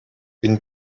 une